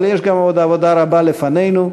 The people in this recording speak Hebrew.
אבל יש גם עבודה רבה לפנינו.